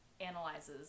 analyzes